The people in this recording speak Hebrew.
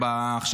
קודם כול,